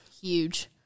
Huge